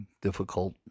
difficult